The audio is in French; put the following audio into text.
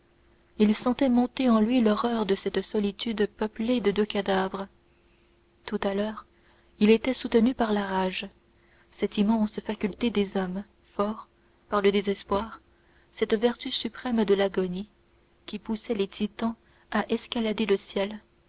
il sentait monter en lui l'horreur de cette solitude peuplée de deux cadavres tout à l'heure il était soutenu par la rage cette immense faculté des hommes forts par le désespoir cette vertu suprême de l'agonie qui poussait les titans à escalader le ciel